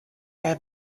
air